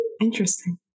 Interesting